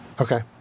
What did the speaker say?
Okay